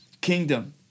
kingdom